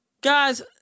Guys